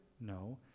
No